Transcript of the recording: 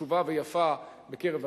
חשובה ויפה בקרב הנוער,